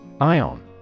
Ion